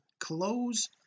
close